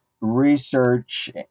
research